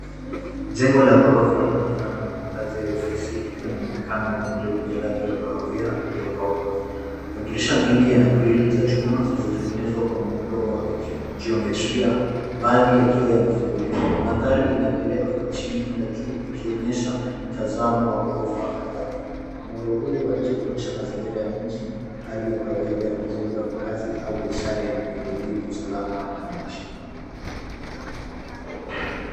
Jengo la ghorofa linafanana na makazi ya ofisi likiwa na muonekano wa nje wenye rangi wa kahawia, uliopauka. Madirisha mengi yana grille za chuma zilizotengenezwa kwa muundo wa jiometria, baadhi yakiwa yamefunguliwa. Mandhari inaangalia kutoka chini kwenda juu, ikionyesha mtazamo wa ghorofa kadhaa. Muundo huu wa nje unaonyesha mazingira ya mji, hali ya kawaida ya majengo ya makazi au biashara yenye miundombinu ya usalama ya madirisha.